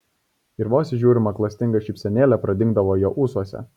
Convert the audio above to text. ir vos įžiūrima klastinga šypsenėlė pradingdavo jo ūsuose